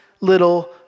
little